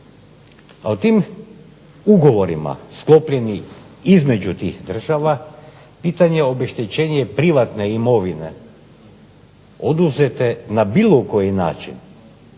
A o tim ugovorima sklopljeni između tih država pitanje obeštećenja privatne imovine oduzete na bilo koji način